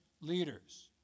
leaders